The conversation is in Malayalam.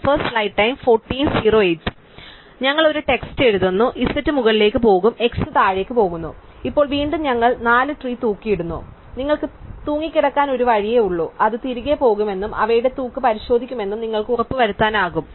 അതിനാൽ ഞങ്ങൾ ഒരു ടെക്സ്റ്റ് എഴുതുന്നു z മുകളിലേക്ക് പോകും x താഴേക്ക് പോകുന്നു ഇപ്പോൾ വീണ്ടും ഞങ്ങൾ 4 ട്രീ തൂക്കിയിടുന്നു നിങ്ങൾക്ക് തൂങ്ങിക്കിടക്കാൻ ഒരു വഴിയേയുള്ളൂ അത് തിരികെ പോകുമെന്നും അവയുടെ തൂക്ക് പരിശോധിക്കുമെന്നും നിങ്ങൾക്ക് ഉറപ്പുവരുത്താനാകും